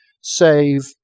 save